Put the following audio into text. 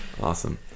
awesome